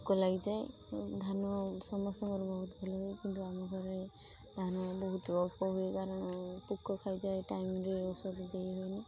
ପୋକ ଲାଗିଯାଏ ଧାନ ସମସ୍ତଙ୍କର ବହୁତ ଭଲ ହୁଏ କିନ୍ତୁ ଆମ ଘରେ ଧାନ ବି ବହୁତ ଅଳ୍ପ ହୁଏ କାରଣ ପୋକ ଖାଇଯାଏ ଟାଇମରେ ଔଷଧ ଦେଇ ହୁଏନି